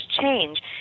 change